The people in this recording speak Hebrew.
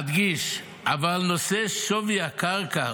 אדגיש: נושא שווי הקרקע,